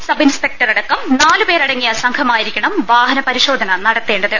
sub ഇൻസ്പെക്ടറടക്കം നാലുപേരടങ്ങിയ സംഘമായിരിക്കണും വാഹനപരിശോധന നട ത്തേണ്ടത്